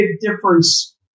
difference